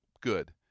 good